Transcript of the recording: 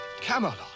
Camelot